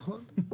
נכון.